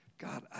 God